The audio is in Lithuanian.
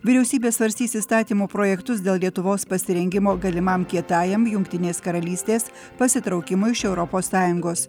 vyriausybė svarstys įstatymų projektus dėl lietuvos pasirengimo galimam kietajam jungtinės karalystės pasitraukimui iš europos sąjungos